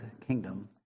kingdom